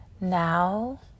Now